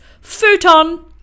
futon